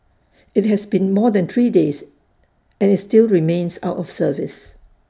IT has been more than three days and is still remains out of service